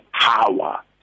power